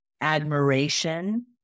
admiration